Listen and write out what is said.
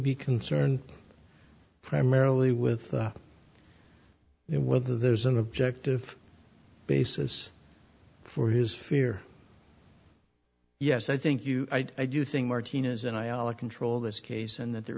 be concerned primarily with it whether there's an objective basis for his fear yes i think you i do think martina's and i are control this case and that there